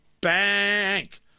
bank